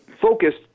focused